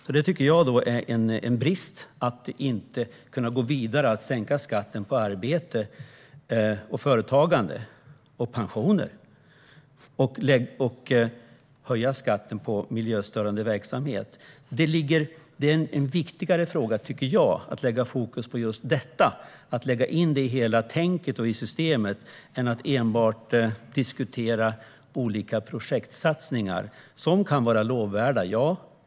Jag tycker att det är en brist att inte kunna gå vidare med att sänka skatten på arbete, företagande och pensioner och att höja skatten på miljöstörande verksamhet. Det är viktigare, tycker jag, att lägga fokus på just detta och att lägga in det i hela tänket och i systemet än att enbart diskutera olika projektsatsningar, som kan vara lovvärda.